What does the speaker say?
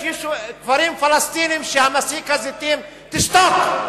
יש כפרים פלסטיניים שמסיק הזיתים, תשתוק,